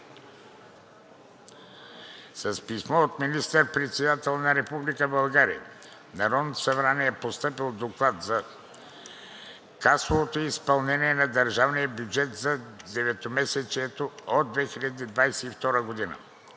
с писмо от министър-председателя на Република България в Народното събрание е постъпил Доклад за касовото изпълнение на държавния бюджет за деветмесечието на 2022 г.